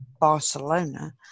Barcelona